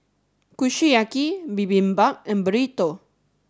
Kushiyaki Bibimbap and Burrito